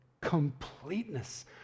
completeness